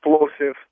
explosive